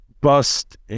bust